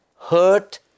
hurt